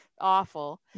awful